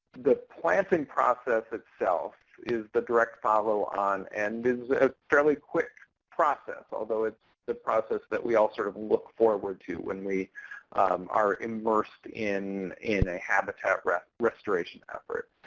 the planting process itself is the direct follow on and is a fairly quick process, although it's the process that we all sort of look forward to when we are immersed in in a habitat rest restoration effort.